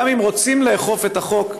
גם אם רוצים לאכוף את החוק,